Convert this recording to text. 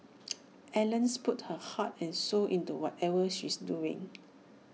Ellen's puts her heart and soul into whatever she's doing